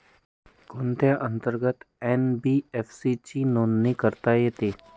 कोणत्या अंतर्गत एन.बी.एफ.सी ची नोंदणी करण्यात येते?